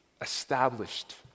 established